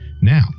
Now